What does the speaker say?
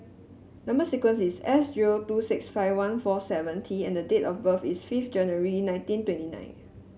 number sequence is S zero two six five one four seven T and date of birth is fifth January nineteen twenty nine